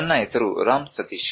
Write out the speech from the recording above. ನನ್ನ ಹೆಸರು ರಾಮ್ ಸತೀಶ್